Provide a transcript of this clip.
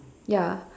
ya